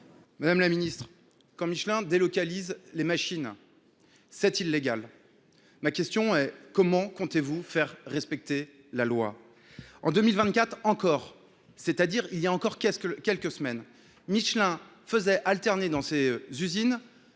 Madame la ministre, quand Michelin délocalise les machines, c’est illégal. Comment comptez vous faire respecter la loi ? En 2024 encore, c’est à dire il y a quelques semaines, Michelin faisait alterner dans ses usines